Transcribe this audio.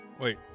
Wait